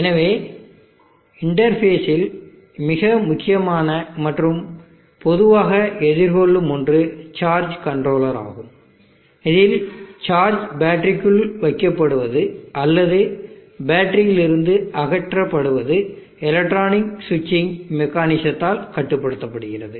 எனவே இன்டர்பேஸ் இல் மிக முக்கியமான மற்றும் பொதுவாக எதிர்கொள்ளும் ஒன்று சார்ஜ் கன்ட்ரோலர் ஆகும் இதில் சார்ஜ் பேட்டரிக்குள் வைக்கப்படுவது அல்லது பேட்டரியிலிருந்து அகற்றப்படுவது எலக்ட்ரானிக் ஸ்விச்சிங் மெக்கானிசித்தாள் கட்டுப்படுத்தப்படுகிறது